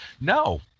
No